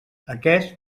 aquest